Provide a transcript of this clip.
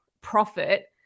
profit